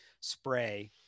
spray